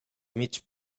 mig